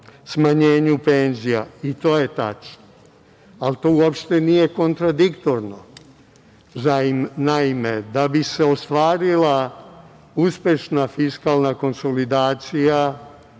smanjenju penzija. I to je tačno, ali to uopšte nije kontradiktorno. Naime, da bi se ostvarila uspešna fiskalna konsolidacija